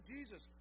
Jesus